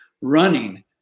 running